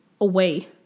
away